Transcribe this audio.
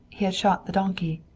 he had shot the donkey.